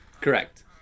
Correct